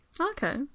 Okay